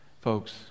Folks